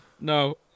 No